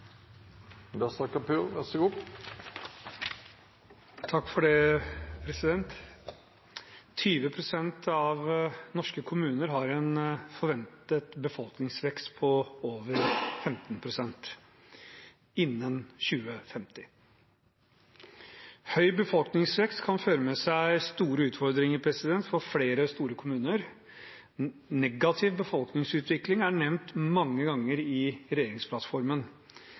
det. «20 pst. av norske kommuner har en forventet befolkningsvekst på over 15 pst. innen 2050. Høy befolkningsvekst kan føre med seg store utfordringer for flere store kommuner. Negativ befolkningsutvikling er nevnt mange ganger i regjeringsplattformen,